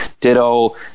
ditto